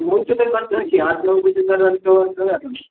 नऊचे ते की आठ नऊ जाऊया आपण